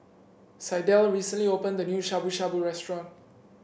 Sydell recently opened a new Shabu Shabu Restaurant